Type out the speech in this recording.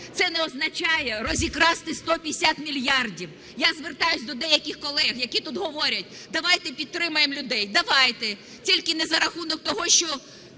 це не означає розікрасти 150 мільярдів. Я звертаюсь до деяких колег, які тут говорять: давайте підтримаємо людей. Давайте, тільки не за рахунок того, що